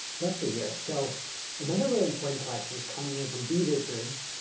let's see here, so another really important question is coming in from bea richards.